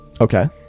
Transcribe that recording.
Okay